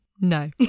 no